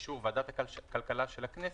באישור ועדת הכלכלה של הכנסת,